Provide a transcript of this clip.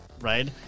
right